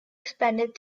expanded